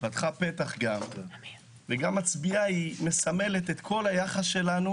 פתחה פתח וגם מסמלת את כל היחס שלנו